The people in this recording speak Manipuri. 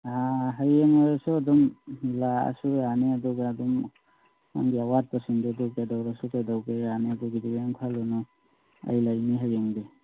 ꯑꯥ ꯍꯌꯦꯡ ꯑꯣꯏꯔꯁꯨ ꯑꯗꯨꯝ ꯂꯥꯛꯑꯁꯨ ꯌꯥꯅꯤ ꯑꯗꯨꯒ ꯑꯗꯨꯝ ꯅꯪꯒꯤ ꯑꯋꯥꯠꯄꯁꯤꯡꯗꯨ ꯑꯗꯨ ꯀꯩꯗꯧꯔꯁꯨ ꯀꯩꯗꯧꯒꯦ ꯌꯥꯅꯤ ꯑꯗꯨꯒꯤꯗꯤ ꯀꯩꯝ ꯈꯜꯂꯨꯅꯨ ꯑꯩ ꯂꯩꯅꯤ ꯍꯌꯦꯡꯗꯤ